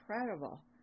incredible